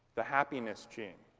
the happiness gene,